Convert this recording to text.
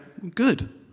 Good